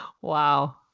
wow